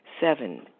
Seven